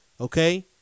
okay